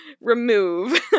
remove